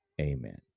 amen